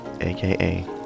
aka